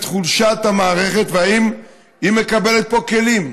את חולשת המערכת והאם היא מקבלת פה כלים.